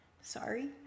sorry